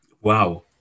Wow